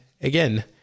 again